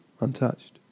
Untouched